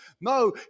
No